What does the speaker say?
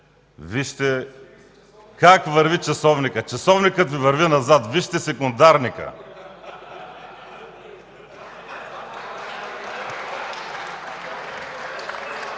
Вижте как върви часовникът. Часовникът Ви върви назад. Вижте секундарника! (Оживление,